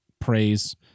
praise